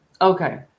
okay